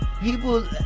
people